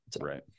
Right